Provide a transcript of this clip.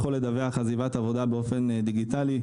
המעסיק יכול לדווח עזיבת עבודה באופן דיגיטלי,